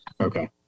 Okay